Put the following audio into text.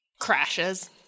crashes